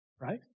right